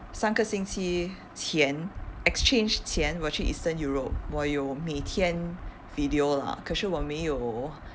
上个星期前 exchange 钱我去 eastern europe 我有每天 video lah 可是我没有